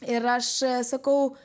ir aš sakau